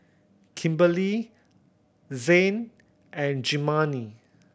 Kimberli Zain and Germaine